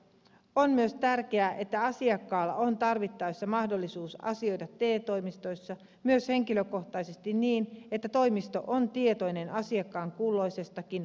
on myös tärkeää että asiakkaalla on tarvittaessa mahdollisuus asioida te toimistoissa myös henkilökohtaisesti niin että toimisto on tietoinen asiakkaan kulloisestakin palvelutarpeesta